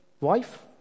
wife